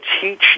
teach